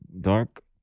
dark